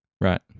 Right